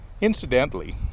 Incidentally